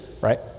right